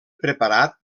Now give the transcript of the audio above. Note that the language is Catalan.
preparat